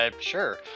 Sure